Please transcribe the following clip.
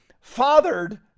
fathered